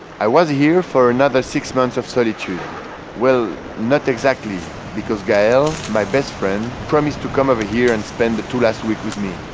i was here for another six months of solitude well, not exactly because gael, my best friend promised to come over here and spend the two last week with me.